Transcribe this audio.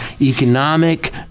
economic